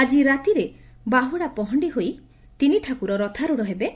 ଆଜି ରାତିରେ ବାହୁଡଶ ପହଖି ହୋଇ ତିନି ଠାକୁରଙ୍କ ରଥାରୁଢ ହେବେ